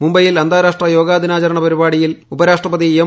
മുംബൈയിൽ അന്താരാഷ്ട്ര യോഗാദിനാചരണ പരിപാടിയിൽ ഉപരാഷ്ട്രപതി എം